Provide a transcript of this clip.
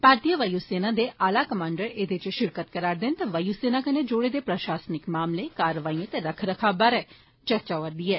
भारतीय वायु सेना दे आला कमांडर एहदे इच षिरकत करा'रदे न ते वायु सेना कन्नै जुड़े दे प्रषासनिक मामलें कार्रवाइयें ते रख रखाब बारै होआ रदी ऐ